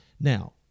Now